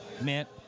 meant